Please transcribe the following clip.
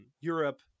europe